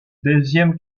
deuxième